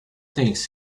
things